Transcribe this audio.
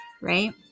right